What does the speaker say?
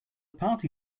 party